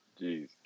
Jeez